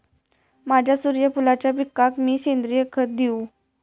माझ्या सूर्यफुलाच्या पिकाक मी सेंद्रिय खत देवू?